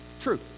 True